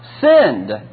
sinned